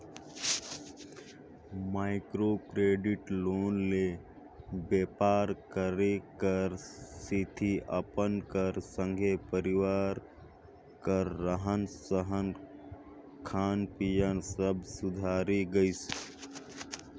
micro credit loan ले बेपार करे कर सेती अपन कर संघे परिवार कर रहन सहनए खान पीयन सब सुधारे गइस